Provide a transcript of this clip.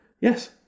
Yes